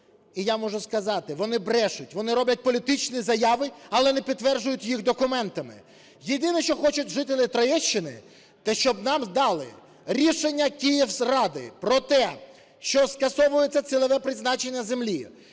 І я можу сказати, вони брешуть, вони роблять політичні заяви, але не підтверджують їх документами. Єдине, що хочуть жителі Троєщини, те, щоб нам дали рішення Київради про те, що скасовується цільове призначення землі,